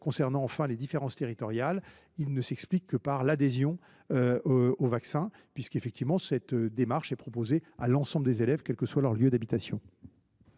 concerne, enfin, les différences territoriales, elles ne s’expliquent que par l’adhésion au vaccin, puisque cette démarche est proposée à l’ensemble des élèves, quel que soit leur lieu d’habitation.